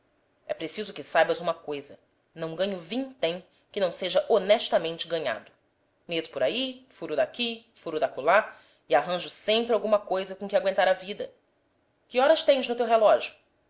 ceia preciso que saibas uma coisa não ganho vintém que não seja honestamente ganhado meto por aí furo daqui furo dacolá e arranjo sempre alguma coisa com que agüentar a vida que horas tens no teu relógio